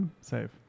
save